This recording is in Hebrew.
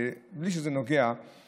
גם ענו לי כאן תשובות בקשר להתנגדויות של